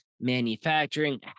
manufacturing